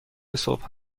صبح